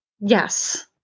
Yes